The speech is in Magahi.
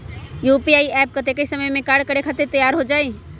यू.पी.आई एप्प कतेइक समय मे कार्य करे खातीर तैयार हो जाई?